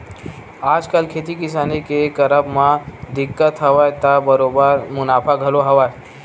आजकल खेती किसानी के करब म दिक्कत हवय त बरोबर मुनाफा घलो हवय